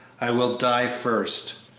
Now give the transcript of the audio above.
i will die first!